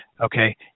okay